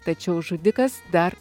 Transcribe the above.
tačiau žudikas dar